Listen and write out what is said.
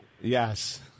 Yes